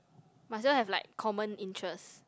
myself have like common interest